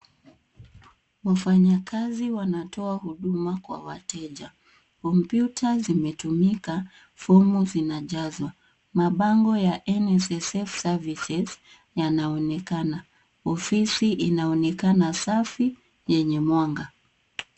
Wafanyikazi wanatoa huduma kwa wateja. Kompyuta zimetumika, fomu zinajazwa. Mabango za NSSF services yanaonekana. Ofisi inaonekana safi yenye mwanga.